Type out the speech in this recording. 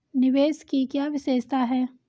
निवेश की क्या विशेषता है?